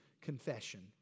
confession